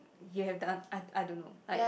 you have done I I don't know like